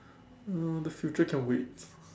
uh the future can wait